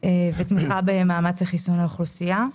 ותמיכה במאמץ לחיסון האוכלוסייה.